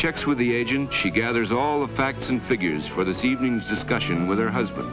checks with the agent she gathers all the facts and figures for this evening's discussion with her husband